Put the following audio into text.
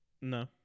No